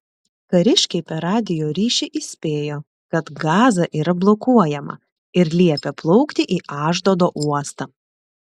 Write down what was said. kariškiai per radijo ryšį įspėjo kad gaza yra blokuojama ir liepė plaukti į ašdodo uostą